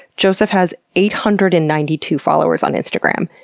joseph has eight hundred and ninety two followers on instagram.